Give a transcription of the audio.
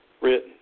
written